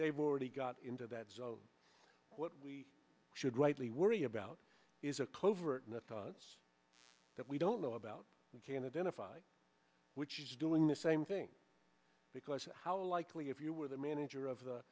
they've already got into that so what we should rightly worry about is a covert thoughts that we don't know about and can identify which is doing the same thing because how likely if you were the manager of